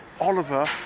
Oliver